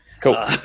Cool